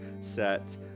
set